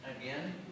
again